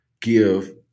give